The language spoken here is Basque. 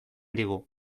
digu